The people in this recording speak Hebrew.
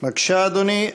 בבקשה, אדוני.